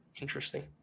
interesting